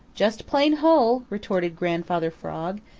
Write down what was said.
just plain hole, retorted grandfather frog,